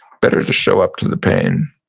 better to show up to the pain,